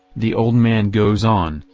the old man goes on,